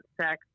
sex